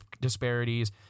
disparities